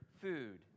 food